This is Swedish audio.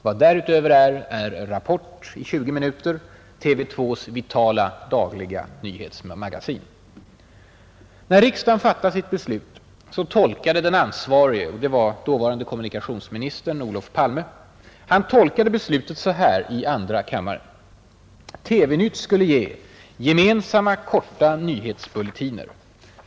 Vad därutöver är är Rapport i 20 minuter: TV 2:s vitala, dagliga nyhetsmagasin, När riksdagen fattade sitt beslut tolkade den ansvarige — det var dåvarande kommunikationsministern Olof Palme — beslutet så här i andra kammaren: TV-Nytt skulle ge ”gemensamma korta nyhetsbulletiner”.